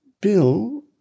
Bill